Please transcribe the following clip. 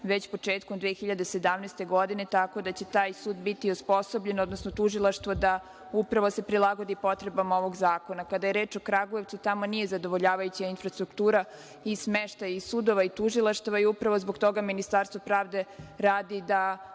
već početkom 2017. godine, tako da će taj sud biti osposobljen, odnosno tužilaštvo, da upravo se prilagodi potrebama ovog zakona. Kada je reč o Kragujevcu, tamo nije zadovoljavajuća infrastruktura i smeštaj i sudova i tužilaštva. Upravo zbog toga Ministarstvo pravde radi da